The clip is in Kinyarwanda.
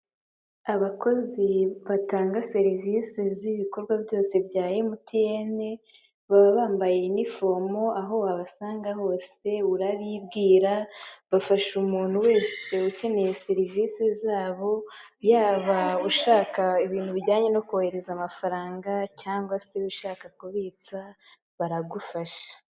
Abakozi batanga serivisi z'ibikorwa byose bya MTN, baba bambaye inifomo aho wabasanga hose, urabibwira, bafasha umuntu wese ukeneye serivisi zabo, yaba ushaka ibintu bijyanye no kohereza amafaranga cyangwa se ushaka kubitsa baragufasha.